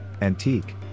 antique